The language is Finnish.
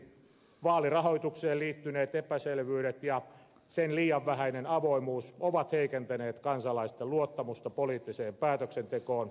vaalirahoitukseen liittyneet epäselvyydet ja sen liian vähäinen avoimuus ovat heikentäneet kansalaisten luottamusta poliittiseen päätöksentekoon